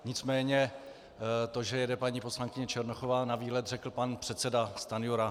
Nicméně to, že jede paní poslankyně Černochová na výlet, řekl pan předseda Stanjura.